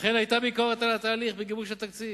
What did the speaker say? אכן, היתה ביקורת על תהליך גיבוש התקציב.